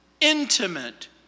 intimate